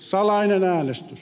salainen äänestys